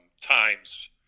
times